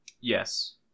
Yes